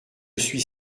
suis